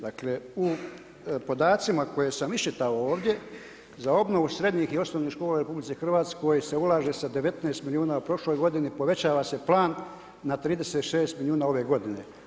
Dakle u podacima koje sam iščitao ovdje, za obnovu srednjih i osnovnih škola u RH se ulaže sa 19 milijuna u prošloj godini, povećava se plan na 36 milijuna ove godine.